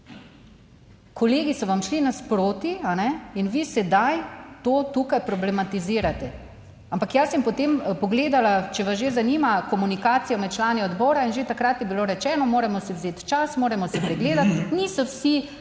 Kolegi so vam šli nasproti in vi sedaj to tukaj problematizirate, ampak jaz sem potem pogledala, če vas že zanima, komunikacija med člani odbora. In že takrat je bilo rečeno, moramo si vzeti čas, moramo si pregledati, niso vsi mogoče